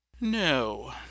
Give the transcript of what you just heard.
No